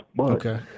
Okay